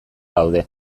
gaude